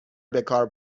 بکار